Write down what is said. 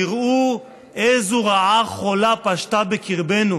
תראו איזו רעה חולה פשטה בקרבנו.